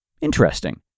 interesting